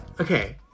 Okay